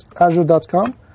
azure.com